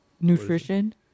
nutrition